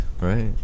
right